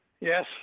yes